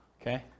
Okay